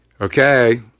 okay